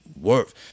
worth